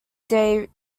day